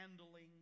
handling